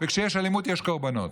וכשיש אלימות, יש קורבנות,